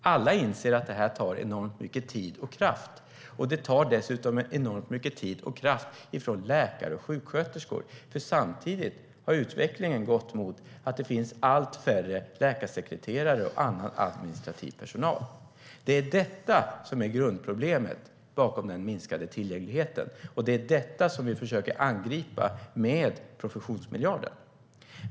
Alla inser att det tar enormt mycket tid och kraft. Det tar dessutom enormt mycket tid och kraft från läkare och sjuksköterskor, för samtidigt har utvecklingen gått mot att det finns allt färre läkarsekreterare och annan administrativ personal. Det är detta som är grundproblemet bakom den minskade tillgängligheten, och det är detta som vi försöker angripa med professionsmiljarden.